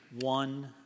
one